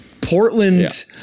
Portland